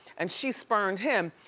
and she spurned him,